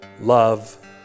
Love